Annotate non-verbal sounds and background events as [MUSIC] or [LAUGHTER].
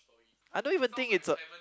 I don't even think it's a [NOISE]